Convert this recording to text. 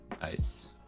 nice